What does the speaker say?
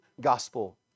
gospel